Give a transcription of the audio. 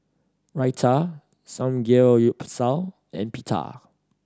Raita Samgyeopsal and Pita